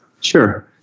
Sure